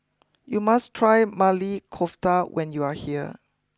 you must try Maili Kofta when you are here